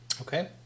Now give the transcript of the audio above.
okay